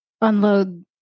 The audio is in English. unload